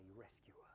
rescuer